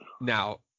now –